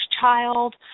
child